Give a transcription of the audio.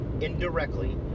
indirectly